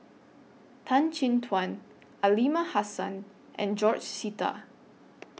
Tan Chin Tuan Aliman Hassan and George Sita